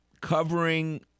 covering